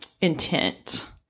intent